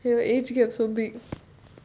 your age gap so big